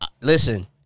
Listen